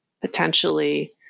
potentially